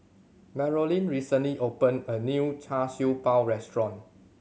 Marolyn recently opened a new Char Siew Bao restaurant